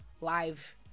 live